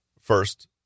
First